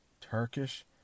Turkish